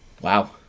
Wow